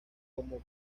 como